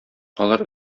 алар